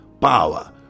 power